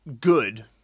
good